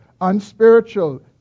unspiritual